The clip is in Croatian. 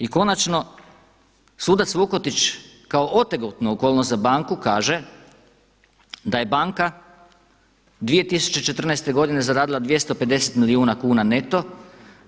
I konačno sudac Vukotić kao otegotnu okolnost za banku kaže da je banka 2014. zaradila 250 milijuna kuna neto